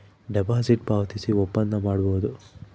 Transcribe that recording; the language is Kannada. ಡೆಪಾಸಿಟ್ ಪಾವತಿಸಿ ಒಪ್ಪಂದ ಮಾಡಬೋದು